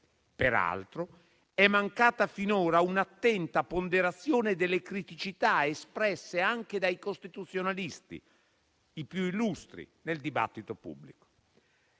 Peraltro, è mancata finora un'attenta ponderazione delle criticità espresse anche dai costituzionalisti, i più illustri, nel dibattito pubblico.